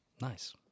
Nice